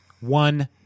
One